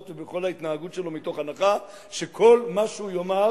ובכל ההתנהגות שלו מתוך הנחה שכל מה שהוא יאמר,